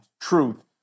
truth